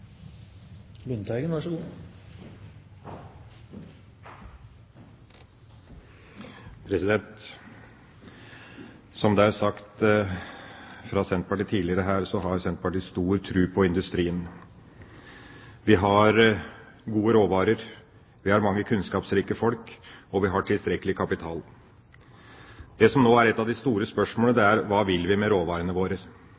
sagt fra Senterpartiet tidligere, så har Senterpartiet stor tro på industrien. Vi har gode råvarer, vi har mange kunnskapsrike folk, og vi har tilstrekkelig kapital. Et av de store spørsmålene nå er: Hva vil vi med råvarene våre? Skal vi selge til et